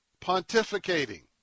pontificating